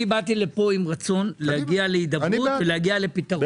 באתי לפה ברצון להגיע להידברות ולהגיע לפתרון.